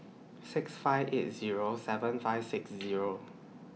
six five eight Zero seven five six Zero